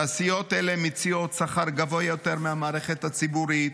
תעשיות אלה מציעות שכר גבוה יותר מהמערכת הציבורית,